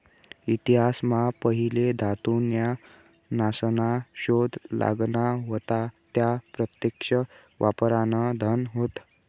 इतिहास मा पहिले धातू न्या नासना शोध लागना व्हता त्या प्रत्यक्ष वापरान धन होत